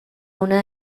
una